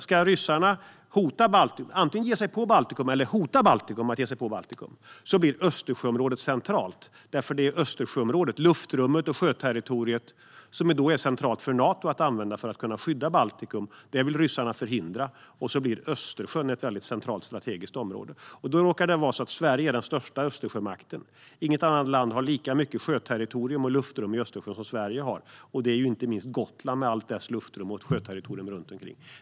Ska ryssarna antingen ge sig på eller hota att ge sig på Baltikum blir Östersjöområdet centralt eftersom det är Östersjöområdet, luftrummet och sjöterritoriet, som är centralt för Nato att använda för att kunna skydda Baltikum. Det vill ryssarna förhindra. Då blir Östersjön ett centralt strategiskt område, och då råkar det vara så att Sverige är den största Östersjömakten. Inget annat land har lika mycket sjöterritorium och luftrum i Östersjön som Sverige har. Det gäller inte minst Gotland med dess luftrum och sjöterritorium.